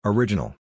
Original